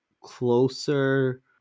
closer